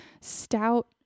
stout